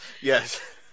Yes